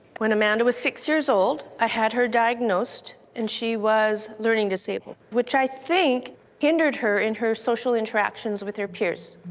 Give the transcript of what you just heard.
when amanda was six years old, i had her diagnosed and she was learning disabled, which i think hindered her in her social interactions with her peers.